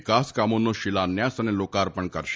વિકાસકામોનો શિલાન્યાસ અને લોકાર્પણ કરશે